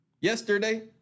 yesterday